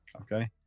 Okay